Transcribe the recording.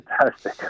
fantastic